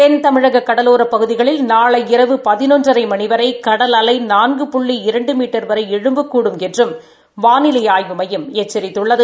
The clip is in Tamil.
தென்தமிழக ்கடலோரப் பகுதிகளில் நாளை இரவு பதினொன்றரை மணி வரை கடல் அலை நான்கு புள்ளி இரண்டு மீட்டர் வரை எழும்பக்கூடும் என்றும் வானிலை ஆய்வு மையம் எச்சித்துள்ளது